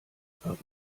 paris